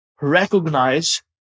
recognize